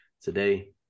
today